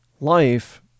life